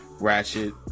Ratchet